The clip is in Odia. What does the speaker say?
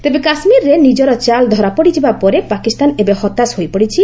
ତେବେ କାଶ୍ମୀରରେ ନିଜର ଚାଲ୍ ଧରାପଡ଼ିଯିବା ପରେ ପାକିସ୍ତାନ ଏବେ ହତାଶ ହୋଇପଡ଼ିଛି